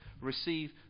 receive